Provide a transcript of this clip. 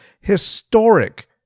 historic